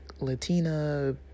Latina